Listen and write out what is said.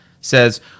says